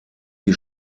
die